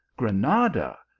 granada!